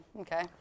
okay